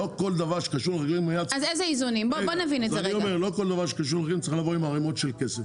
כל דבר שקשור לחקלאים מיד צריך לבוא עם ערמות של כסף.